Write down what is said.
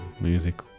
music